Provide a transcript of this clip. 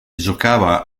giocava